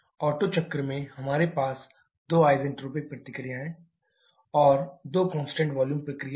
auto चक्र में हमारे पास दो आइसेंट्रोपिक प्रक्रियाएं और दो कांस्टेंट वॉल्यूम प्रक्रिया हैं